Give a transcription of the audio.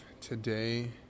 today